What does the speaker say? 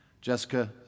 Jessica